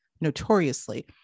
notoriously